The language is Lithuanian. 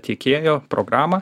tiekėjo programą